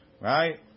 Right